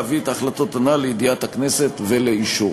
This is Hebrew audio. להביא את ההחלטות הנ"ל לידיעת הכנסת ולאישורה.